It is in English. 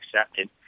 accepted